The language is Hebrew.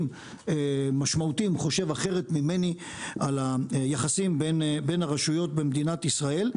משמעותיים חושב אחרת ממני על היחסים בין הרשויות במדינת ישראל,